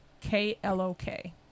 K-L-O-K